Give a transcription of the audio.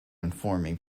informing